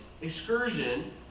excursion